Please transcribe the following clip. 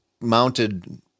mounted